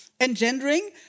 engendering